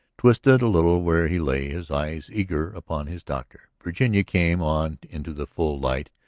twisted a little where he lay, his eyes eager upon his doctor. virginia came on into the full light,